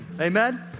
Amen